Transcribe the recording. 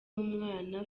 umwana